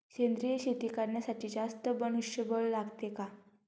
सेंद्रिय शेती करण्यासाठी जास्त मनुष्यबळ लागते का?